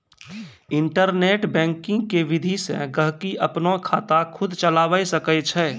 internet banking के विधि से गहकि अपनो खाता खुद चलावै सकै छै